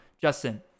Justin